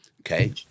okay